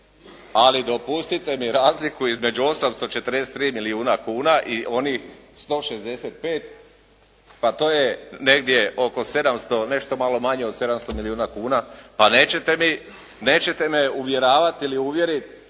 ali dopustite mi razliku između 843 i onih 165 pa to je negdje oko 700, nešto malo manje od 700 milijuna kuna. Pa nećete me uvjeravati ili uvjeriti